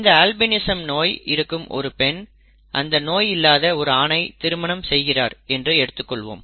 இந்த அல்பினிசம் நோய் இருக்கும் ஒரு பெண் அந்த நோய் இல்லாத ஒரு ஆணை திருமணம் செய்திருக்கிறார் என்று எடுத்துக்கொள்வோம்